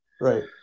Right